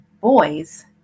boys